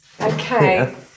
okay